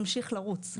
ממשיך לרוץ,